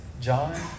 John